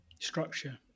Structure